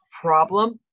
problem